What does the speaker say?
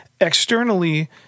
externally